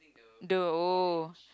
the oh